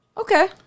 okay